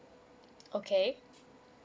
okay